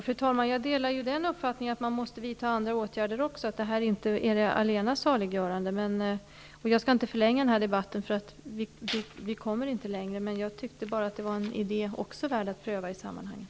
Fru talman! Jag delar uppfattningen att man måste vidta andra åtgärder också. Detta är inte det allena saliggörande. Jag skall inte förlänga denna debatt, för vi kommer inte längre. Jag tyckte att det var en idé värd att pröva i sammanhanget.